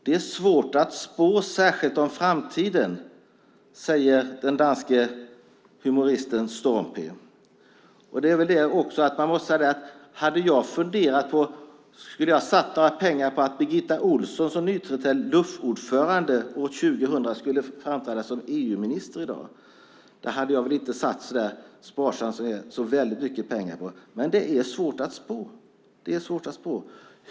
Det är svårt att spå, särskilt om framtiden, säger den danske humoristen Storm P. Hade jag satsat några pengar på att Birgitta Ohlsson som nytillträdd LUF-ordförande år 2000 skulle framträda som EU-minister i dag? Det hade jag, sparsam som jag är, inte satsat så väldigt mycket pengar på. Men det är svårt att spå.